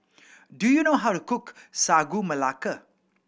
do you know how to cook Sagu Melaka